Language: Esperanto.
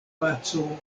paco